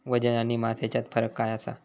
वजन आणि मास हेच्यात फरक काय आसा?